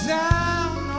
down